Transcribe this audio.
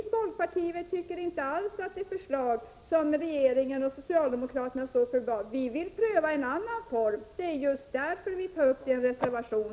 Vi i folkpartiet tycker inte att det förslag som regeringen och socialdemokraterna står för är bra. Vi vill pröva en annan form. Det är just därför som vi tar upp detta i en reservation.